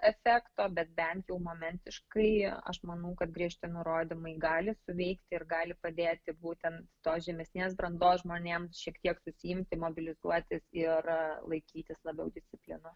efekto bet bent jau momentiškai aš manau kad griežti nurodymai gali suveikti ir gali padėti būtent tos žemesnės brandos žmonėms šiek tiek susiimti mobilizuotis ir laikytis labiau disciplinos